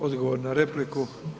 Odgovor na repliku.